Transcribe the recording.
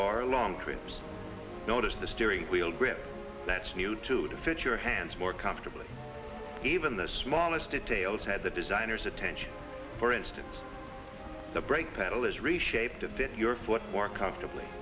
trips notice the steering wheel grip that's new to the fit your hands more comfortable even the smallest details had the designer's attention for instance the brake pedal is reshaped to fit your foot more comfortably